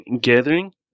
gathering